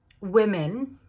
women